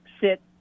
sit